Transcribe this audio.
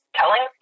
telling